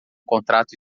contrato